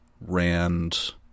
Rand